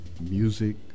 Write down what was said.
Music